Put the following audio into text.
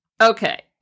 Okay